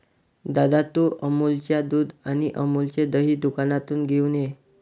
दादा, तू अमूलच्या दुध आणि अमूलचे दही दुकानातून घेऊन ये